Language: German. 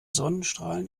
sonnenstrahlen